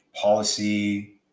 policy